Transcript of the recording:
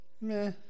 meh